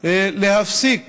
להפסיק